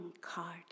card